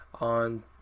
On